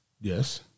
yes